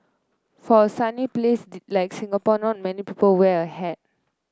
for a sunny place like Singapore not many people wear a hat